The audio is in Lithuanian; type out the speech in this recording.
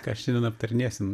ką šiandien aptarinėsim